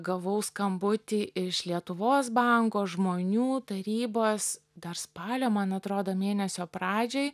gavau skambutį iš lietuvos banko žmonių tarybos dar spalio man atrodo mėnesio pradžioj